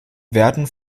werden